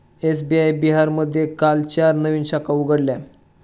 SBI बिहारमध्ये काल चार नवीन शाखा उघडल्या